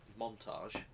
montage